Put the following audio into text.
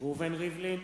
ראובן ריבלין,